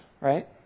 right